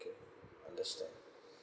okay understand